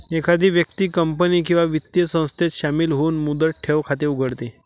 एखादी व्यक्ती कंपनी किंवा वित्तीय संस्थेत शामिल होऊन मुदत ठेव खाते उघडते